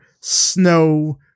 snow